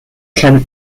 can